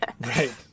Right